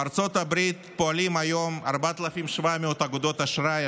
בארצות הברית פועלות היום 4,700 אגודות אשראי,